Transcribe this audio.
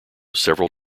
several